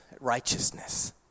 righteousness